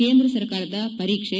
ಕೇಂದ್ರ ಸರ್ಕಾರದ ಪರೀಕ್ಷೆ